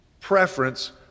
preference